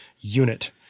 unit